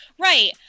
Right